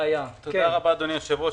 רבה, אדוני היושב-ראש.